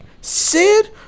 Sid